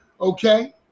okay